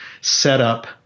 setup